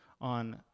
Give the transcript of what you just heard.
on